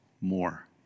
more